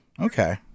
okay